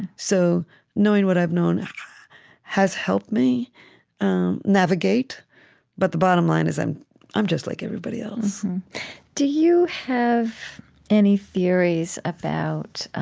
so knowing what i've known has helped me um navigate but the bottom line is, i'm i'm just like everybody else do you have any theories about,